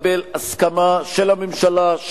לקבל הסכמה של הממשלה,